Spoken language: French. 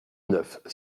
neuf